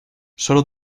solo